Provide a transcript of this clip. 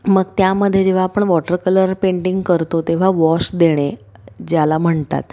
मग त्यामध्ये जेव्हा आपण वॉटर कलर पेंटिंग करतो तेव्हा वॉश देणे ज्याला म्हणतात